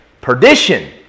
Perdition